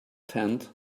tent